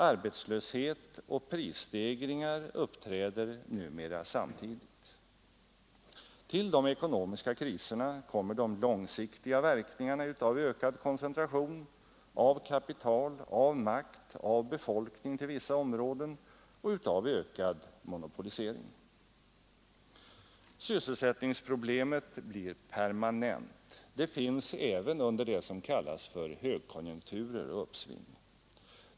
Arbetslöshet och prisstegringar uppträder numera samtidigt. Till de ekonomiska kriserna kommer de långsiktiga verkningarna av ökad koncentration — av kapital, av makt, av befolkning till vissa områden — och av ökad monopolisering. Sysselsättningsproblemet blir permanent. Det finns även under det som kallas högkonjunkturer och uppsving.